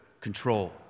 control